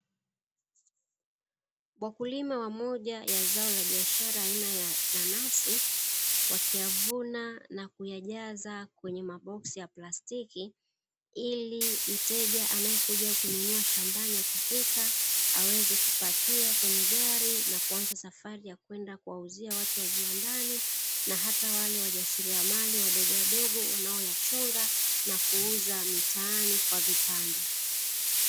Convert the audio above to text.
Wakulima wa moja ya zao la biashara aina ya nanasi wakiyavuna na kuyajaza kwenye maboksi ya plastiki, ili mteja anayekuja kununua shambani akifika aweze kupakia kwenye gari na kuanza safari ya kwenda kuwauzia watu wa viwandani na hata wale wajasiriamali wadogowadogo wanaoyachonga na kuuza mitaani kwa vipande.